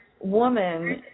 woman